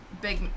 big